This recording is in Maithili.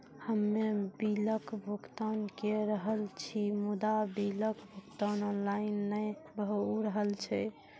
हम्मे बिलक भुगतान के रहल छी मुदा, बिलक भुगतान ऑनलाइन नै भऽ रहल छै?